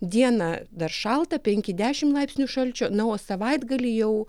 dieną dar šalta penki dešim laipsnių šalčio na o savaitgalį jau